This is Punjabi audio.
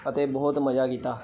ਅਤੇ ਬਹੁਤ ਮਜ਼ਾ ਕੀਤਾ